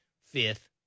fifth